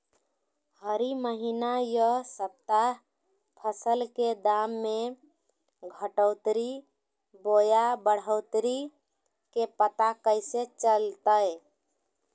हरी महीना यह सप्ताह फसल के दाम में घटोतरी बोया बढ़ोतरी के पता कैसे चलतय?